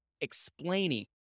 explaining